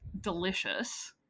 delicious